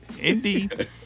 indeed